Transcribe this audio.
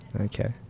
Okay